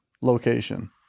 Location